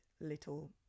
little